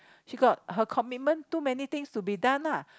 she got her commitment too many things to be done ah